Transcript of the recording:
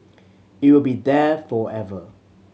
it will be there forever